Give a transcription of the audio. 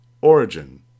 Origin